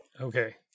okay